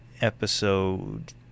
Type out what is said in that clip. episode